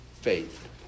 faith